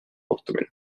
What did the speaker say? kohtumine